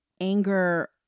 anger